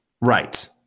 Right